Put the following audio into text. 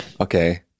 Okay